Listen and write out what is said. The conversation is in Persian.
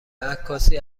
عکاسی